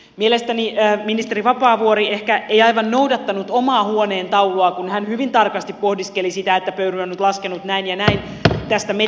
mielestäni ministeri vapaavuori ehkä ei aivan noudattanut omaa huoneentauluaan kun hän hyvin tarkasti pohdiskeli sitä että pöyry on nyt laskenut näin ja näin tästä metsäenergiasta